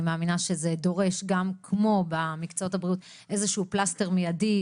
מאמינה שזה דורש גם כמו במקצועות הבריאות איזשהו פלסטר מיידי